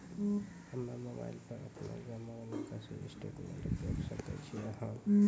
हम्मय मोबाइल पर अपनो जमा निकासी स्टेटमेंट देखय सकय छियै?